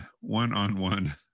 one-on-one